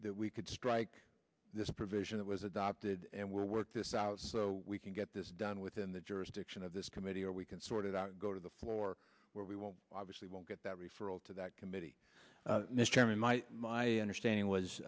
that we could strike this provision that was adopted and were worked this out so we can get this done within the jurisdiction of this committee or we can sort it out go to the floor where we won't obviously won't get that referral to that committee mr my understanding was